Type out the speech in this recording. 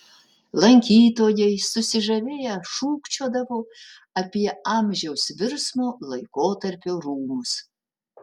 lankytojai susižavėję šūkčiodavo apie amžiaus virsmo laikotarpio rūmus